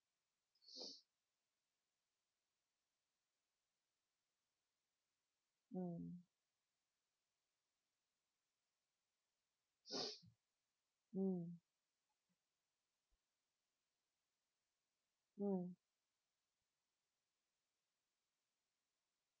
mm mm mm